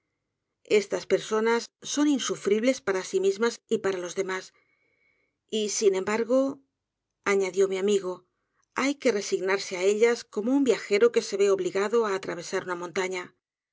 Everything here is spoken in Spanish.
estas personas son insufribles para sí mismas y para los demás y ein embargo añadió mi am go hay que resignarse á ellas como un viajero que se ve obligado á atravesar una montan